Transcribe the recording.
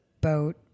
boat